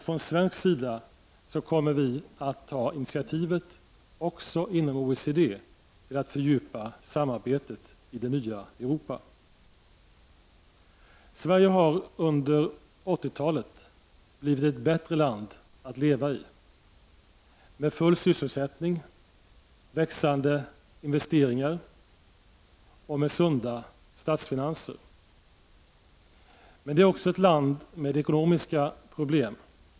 Från svensk sida kommer vi att ta initiativ också inom OECD till att fördjupa samarbetet i det nya Europa. Sverige har under 80-talet blivit ett bättre land att leva i — med växande investeringar, full sysselsätning och sunda statsfinanser. Men det är också ett land med ekonomiska problem.